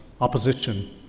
opposition